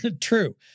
True